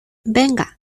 venga